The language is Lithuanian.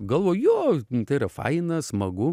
galvoju jo tai yra faina smagu